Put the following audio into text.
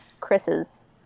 Chris's